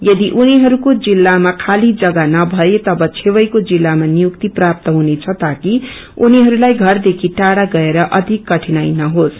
यदि उनिहरूको जिल्लामा खाली जग्गाह नभए तब छैदैको जिल्लामा नियुक्ति प्रार्त हुनेछ ताकि उनिहरूलाई षरदेखि डाइा गएर अधिक कठिनाई नहोस्